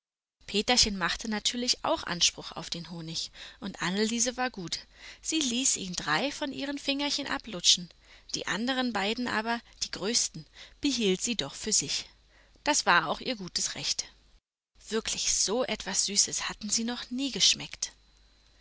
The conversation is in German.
peterchen machte natürlich auch anspruch auf den honig und anneliese war gut sie ließ ihn drei von ihren fingerchen ablutschen die anderen beiden aber die größten behielt sie doch für sich das war auch ihr gutes recht wirklich so etwas süßes hatten sie noch nie geschmeckt